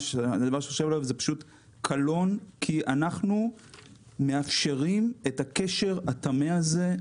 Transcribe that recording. זה פשוט קלון, כי אנחנו מאפשרים את הקשר הטמא הזה.